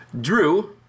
Drew